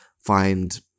find